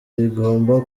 rigomba